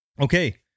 Okay